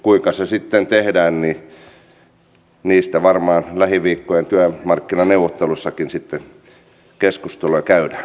kuinka se sitten tehdään siitä varmaan lähiviikkojen työmarkkinaneuvotteluissakin keskustelua käydään